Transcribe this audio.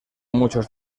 muchos